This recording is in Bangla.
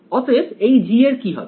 অতএব এই g এর কি হবে